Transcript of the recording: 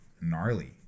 gnarly